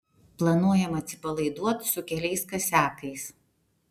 planuojam atsipalaiduot su keliais kasiakais